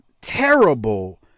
terrible